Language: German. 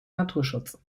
naturschutz